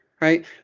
right